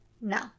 No